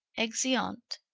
exeunt.